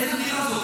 איזו אמירה זאת?